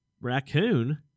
raccoon